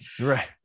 Right